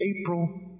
April